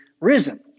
risen